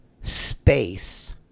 space